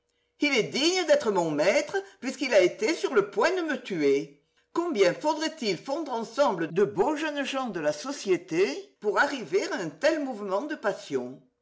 il est digne d'être mon maître puisqu'il a été sur le point de me tuer combien faudrait-il fondre ensemble de beaux jeunes gens de la société pour arriver à un tel mouvement de passion